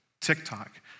TikTok